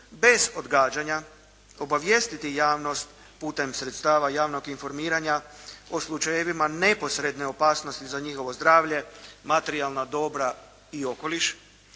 bez odgađanja obavijestiti javnost putem sredstava javnog informiranja o slučajevima neposredne opasnosti za njihovo zdravlje, materijalna dobra i okoliš